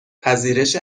پذیرش